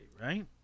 right